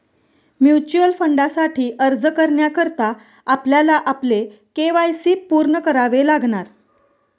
mutual फंडासाठी अर्ज करण्याकरता आपल्याला आपले के.वाय.सी पूर्ण करावे लागणार